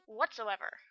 whatsoever